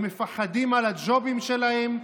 הם מפחדים על הג'ובים שלהם,